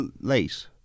late